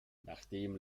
nachdem